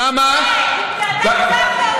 זה אתה כתבת את המתווה.